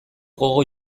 gogo